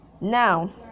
Now